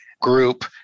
group